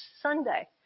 Sunday